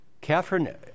Catherine